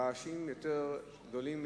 הרעשים יותר גדולים,